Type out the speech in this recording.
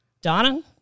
Donna